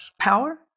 power